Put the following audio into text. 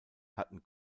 hatten